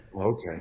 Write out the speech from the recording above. okay